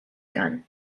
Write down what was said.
gun